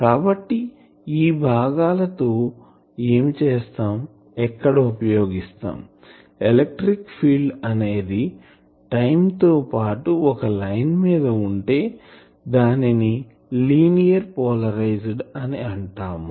కాబట్టి ఈ భాగాల తో ఏమి చేస్తాంఎక్కడ ఉపయోగిస్తాం ఎలక్ట్రిక్ ఫీల్డ్ అనేది టైం తో పాటు ఒక లైన్ మీద ఉంటే దానిని లీనియర్ పోలరైజ్డ్ అని అంటాము